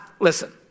listen